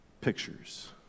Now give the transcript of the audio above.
pictures